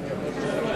למה אתה מחכה?